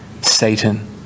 Satan